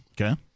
Okay